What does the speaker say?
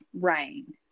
rain